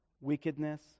wickedness